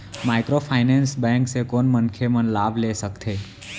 Microfinance bank से कोन मनखे मन लाभ ले सकथे?